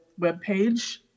webpage